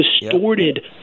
distorted